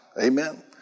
Amen